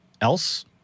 else